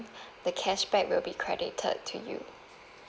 the cashback will be credited to you